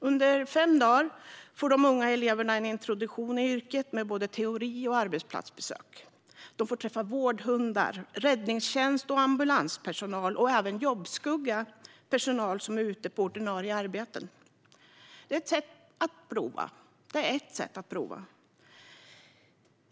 Under fem dagar får de unga eleverna en introduktion i yrket med både teori och arbetsplatsbesök. De får träffa vårdhundar, räddningstjänst och ambulanspersonal. De får även jobbskugga personal som är ute på ordinarie arbeten. Det är ett sätt att prova.